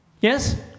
Yes